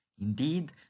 Indeed